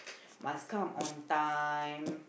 must come on time